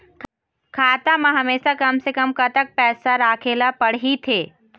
खाता मा हमेशा कम से कम कतक पैसा राखेला पड़ही थे?